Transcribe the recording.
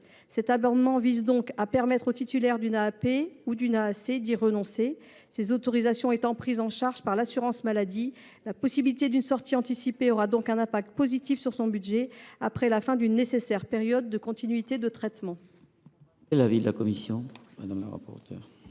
Cet amendement vise donc à permettre aux titulaires d’une AAP ou d’une AAC d’y renoncer. Ces autorisations étant prises en charge par l’assurance maladie, la possibilité d’une sortie anticipée aura donc un impact positif sur son budget après la fin d’une nécessaire période de continuité de traitement.